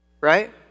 Right